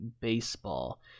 baseball